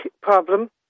problem